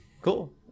Cool